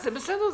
זה בסדר,